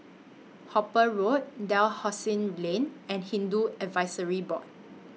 Hooper Road Dalhousie Lane and Hindu Advisory Board